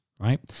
Right